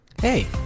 Hey